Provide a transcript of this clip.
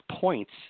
points